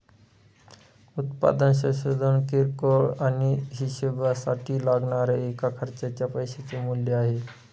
उत्पादन संशोधन किरकोळ आणि हीशेबासाठी लागणाऱ्या एका खर्चाच्या पैशाचे मूल्य आहे